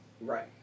Right